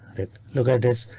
look at this,